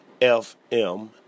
FM